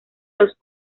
los